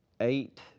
eight